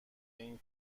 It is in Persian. این